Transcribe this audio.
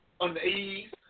unease